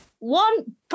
One